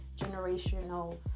generational